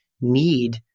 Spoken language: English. need